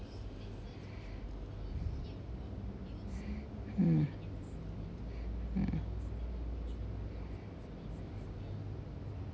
mm mm